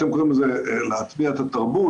אתם קוראים לזה להטמיע את התרבות?